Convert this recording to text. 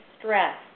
stress